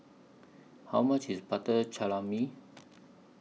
How much IS Butter Calamari